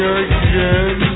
again